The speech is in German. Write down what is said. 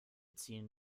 ziehen